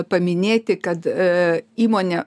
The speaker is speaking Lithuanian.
paminėti kad įmonė